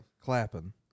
Clapping